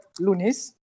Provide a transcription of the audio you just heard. Lunis